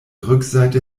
rückseite